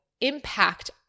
impact